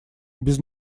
без